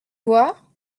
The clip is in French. voir